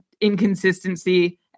inconsistency